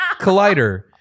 Collider